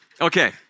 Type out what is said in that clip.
Okay